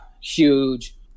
huge